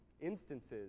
instances